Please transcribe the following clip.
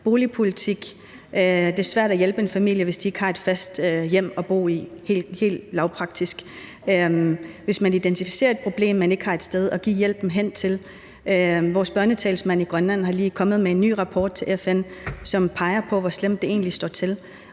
boligpolitik er det svært at hjælpe en familie, hvis den ikke har et fast hjem at bo i – helt lavpraktisk – altså hvis man identificerer et problem, men ikke har et sted at give hjælpen hen til. Børnetalsmanden i Grønland er lige kommet med en ny rapport til FN, som peger på, hvor slemt det egentlig står til,